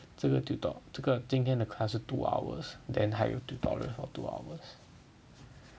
这个 tutor~ 这个今天的 class 是 two hours then 还有 tutorial for two hours